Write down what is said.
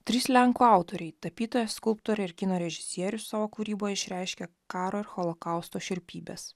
trys lenkų autoriai tapytojas skulptorė ir kino režisierius savo kūryboje išreiškia karo ir holokausto šiurpybes